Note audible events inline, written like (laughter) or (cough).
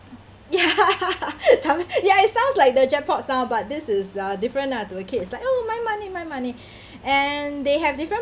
ya (laughs) soun~ ya it sounds like the jackpot sound but this is uh different lah to a kid it's like oh my money my money and they have different